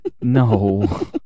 no